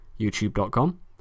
youtube.com